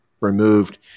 removed